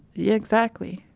yeah exactly,